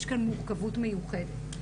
יש כאן מורכבות מיוחדת,